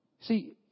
See